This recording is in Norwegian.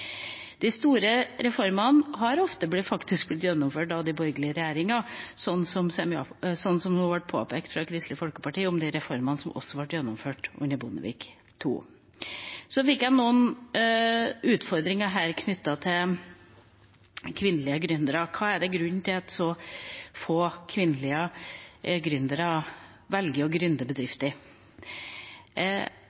De store reformene har faktisk ofte blitt gjennomført av borgerlige regjeringer, som det ble påpekt fra Kristelig Folkeparti om de reformene som ble gjennomført under Bondevik II-regjeringa. Jeg fikk noen utfordringer her knyttet til kvinnelige gründere – hva er grunnen til at så få kvinnelige gründere velger å «gründe» bedrifter? Noe av det kan selvfølgelig forklares med at vi har et veldig kjønnsdelt arbeidsmarked, og